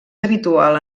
habitual